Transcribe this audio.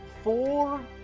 four